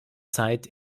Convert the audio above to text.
zeit